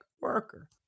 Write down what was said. worker